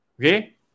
okay